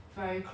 okay